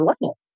level